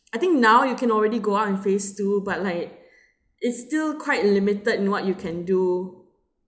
I think now you can already go out in phase two but like it's still quite limited in what you can do